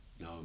no